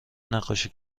نقاشی